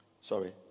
Sorry